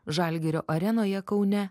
žalgirio arenoje kaune